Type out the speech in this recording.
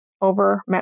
over